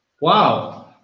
Wow